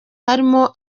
harimo